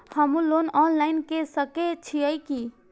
हमू loan online के सके छीये की?